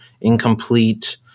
incomplete